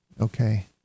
okay